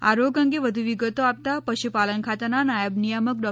આ રોગ અંગે વધુ વિગતો આપતાં પશુપાલન ખાતાના નાયબ નિયામક ડો